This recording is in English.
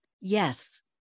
Yes